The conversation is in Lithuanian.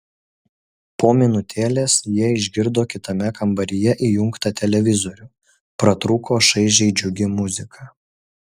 po minutėlės jie išgirdo kitame kambaryje įjungtą televizorių pratrūko šaižiai džiugi muzika